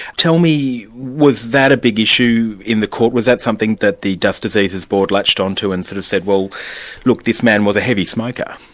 tell me, was that a big issue in the court? was that something that the dust diseases board latched on to and sort of said, well look, this man was a heavy smoker.